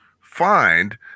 find